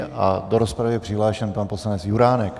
A do rozpravy je přihlášen pan poslanec Juránek.